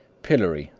pillory,